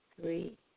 three